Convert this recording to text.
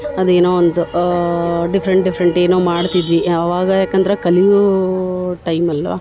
ಅದೇನೋ ಒಂದು different different ಏನೋ ಮಾಡ್ತಿದ್ವಿ ಆವಾಗ ಯಾಕಂದ್ರ ಕಲಿಯೋ ಟೈಮಲ್ಲವಾ